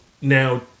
now